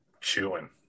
chewing